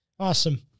Awesome